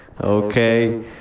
okay